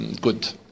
good